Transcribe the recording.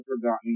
forgotten